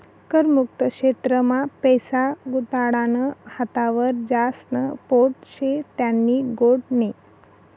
कर मुक्त क्षेत्र मा पैसा गुताडानं हातावर ज्यास्न पोट शे त्यानी गोट नै